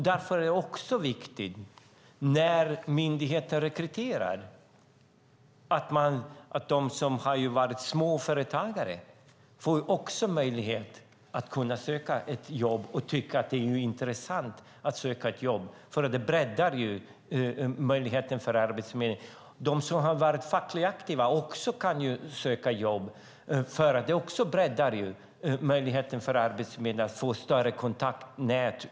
Därför är det när myndigheter rekryterar också viktigt att även de som har varit småföretagare får möjlighet att söka jobb och tycka att det är intressant, för det breddar möjligheten för Arbetsförmedlingen. Även som har varit fackligt aktiva kan söka jobb, för det breddar också möjligheten för arbetsförmedlare att få ett större kontaktnät.